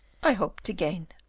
i hope to gain.